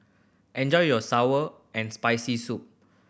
enjoy your sour and Spicy Soup